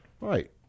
right